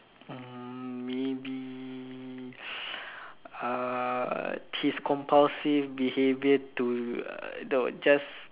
mm maybe uh his compulsive behaviour to the just